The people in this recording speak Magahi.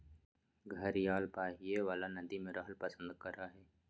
घड़ियाल बहइ वला नदि में रहैल पसंद करय हइ